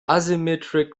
asymmetric